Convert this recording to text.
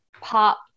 pop